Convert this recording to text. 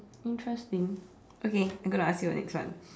interesting okay I'm gonna ask you the next one